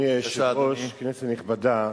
אדוני היושב-ראש, כנסת נכבדה,